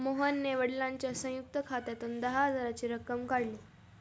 मोहनने वडिलांच्या संयुक्त खात्यातून दहा हजाराची रक्कम काढली